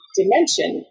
dimension